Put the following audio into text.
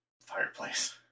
fireplace